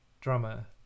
drummer